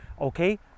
okay